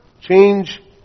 change